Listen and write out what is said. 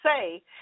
say